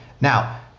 now